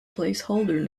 placeholder